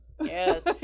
Yes